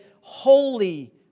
holy